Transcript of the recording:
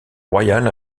royale